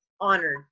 honored